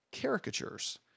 caricatures